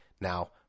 Now